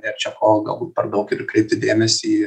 nėr čia ko galbūt per daug ir kreipti dėmesį